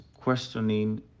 questioning